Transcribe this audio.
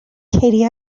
katie